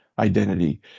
Identity